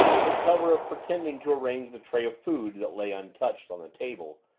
under cover of pretending to arrange the tray of food that lay untouched on the table,